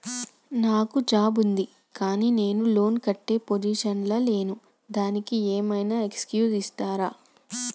నాకు జాబ్ ఉంది కానీ నేను లోన్ కట్టే పొజిషన్ లా లేను దానికి ఏం ఐనా ఎక్స్క్యూజ్ చేస్తరా?